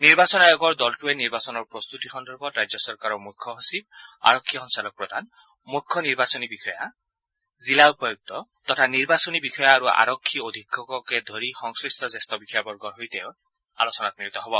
নিৰ্বাচন আয়োগৰ দলটোৱে নিৰ্বাচনৰ প্ৰস্তুতি সন্দৰ্ভত ৰাজ্য চৰকাৰৰ মুখ্য সচিব আৰক্ষী সঞ্চালক প্ৰধান মুখ্য নিৰ্বাচন বিষয়া জিলা উপায়ুক্ত তথা নিৰ্বাচনী বিষয়া আৰু আৰক্ষী অধীক্ষককে ধৰি সংমিট্ট জ্যেষ্ঠ বিষয়াবৰ্গৰৰ সৈতে আলোচনাত মিলিত হ'ব